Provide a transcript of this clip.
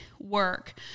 work